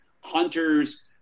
hunters